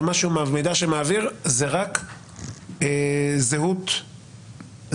והמידע שהם מעבירים זה רק זהות המחזיק.